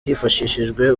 hifashishijwe